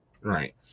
right